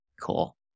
Cool